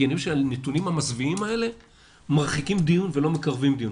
כי הנתונים המזוויעים האלה מרחיקים דיון ולא מקרבים דיון.